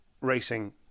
racing